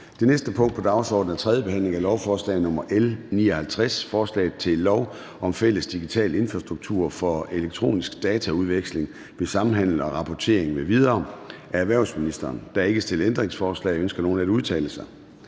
Det næste punkt på dagsordenen er: 12) 3. behandling af lovforslag nr. L 59: Forslag til lov om fælles digital infrastruktur for elektronisk dataudveksling ved samhandel og rapportering m.v. Af erhvervsministeren (Morten Bødskov). (Fremsættelse